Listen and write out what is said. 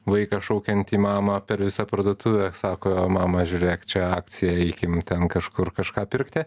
vaiką šaukiantį mamą per visą parduotuvę sako mama žiūrėk čia akcija eikim ten kažkur kažką pirkti